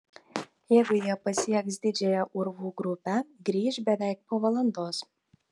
jeigu jie pasieks didžiąją urvų grupę grįš beveik po valandos